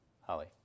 Holly